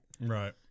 Right